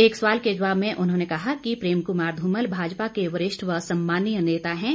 एक सवाल के जवाब में उन्होंने कहा कि प्रेम कुमार धूमल भाजपा के वरिष्ठ व सम्मानीय नेता है